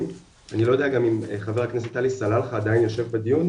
ואני לא יודע אם חבר הכנסת עלי סלאלחה עדיין יושב בדיון,